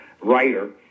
writer